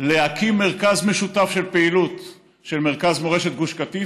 להקים מרכז משותף של פעילות של מרכז מורשת גוש קטיף,